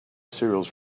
cereals